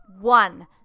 one